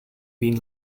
been